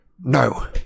No